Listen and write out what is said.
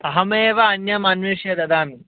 अहमेव अन्यम् अन्विष्य ददामि